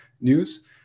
news